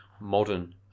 modern